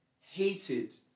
hated